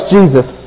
Jesus